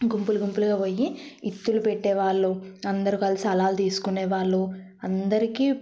గుంపులు గుంపులుగా పోయి ఇతులు పెట్టే వాళ్ళు అందరు కలిసి అలాలు తీసుకునే వాళ్ళు అందరికీ